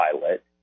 pilot